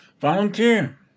Volunteer